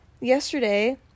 yesterday